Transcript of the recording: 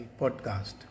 podcast